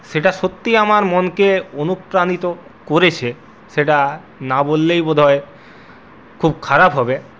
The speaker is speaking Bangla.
সেটা সত্যি আমার মনকে অনুপ্রাণিত করেছে সেটা না বললেই বোধহয় খুব খারাপ হবে